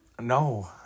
no